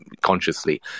consciously